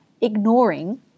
ignoring